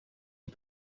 die